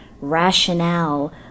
rationale